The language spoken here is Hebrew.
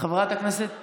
חברת הכנסת